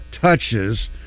touches